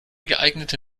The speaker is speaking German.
geeignete